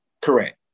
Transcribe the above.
correct